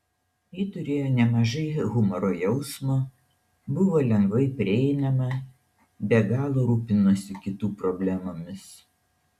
ji turėjo nemažai humoro jausmo buvo lengvai prieinama be galo rūpinosi kitų problemomis